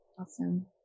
Awesome